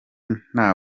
nta